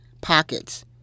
pockets